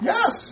Yes